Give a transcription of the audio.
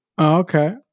okay